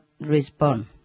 respond